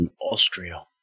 Austria